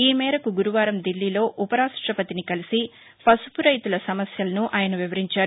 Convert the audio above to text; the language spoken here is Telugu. ఈమేరకు గురువారం ఢిల్లీలో ఉపరాష్టపతిని కలిసి పసుపు రైతుల సమస్యలను ఆయన వివరించారు